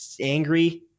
angry